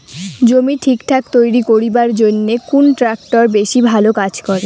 জমি ঠিকঠাক তৈরি করিবার জইন্যে কুন ট্রাক্টর বেশি ভালো কাজ করে?